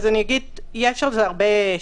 אז אני אגיד יש על זה הרבה שאלות,